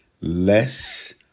less